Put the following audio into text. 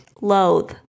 loathe